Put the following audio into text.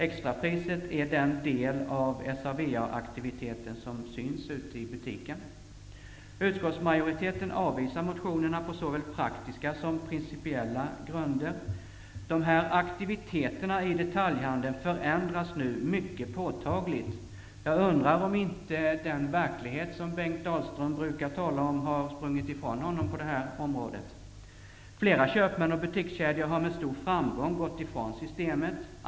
Extrapriset är den del av SA/VA-aktiviteten som syns ute i butikerna. Utskottsmajoriteten avvisar motionerna på såväl praktiska som principiella grunder. De här aktiviteterna i detaljhandeln förändras nu mycket påtagligt. Jag undrar om inte den verklighet som Bengt Dalström brukar tala om har sprungit ifrån honom på det här området. Flera köpmän och butikskedjor har med stor framgång gått ifrån systemet.